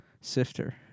sifter